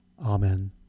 Amen